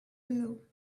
pillow